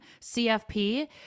CFP